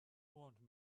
want